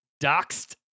Doxed